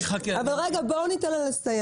אבל רגע, בואו ניתן לה לסיים.